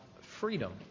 freedom